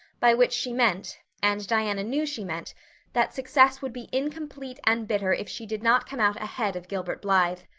by which she meant and diana knew she meant that success would be incomplete and bitter if she did not come out ahead of gilbert blythe.